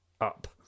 up